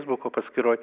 feisbuko paskyroj